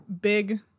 big